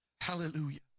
Hallelujah